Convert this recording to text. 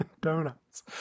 donuts